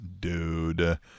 dude